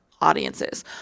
audiences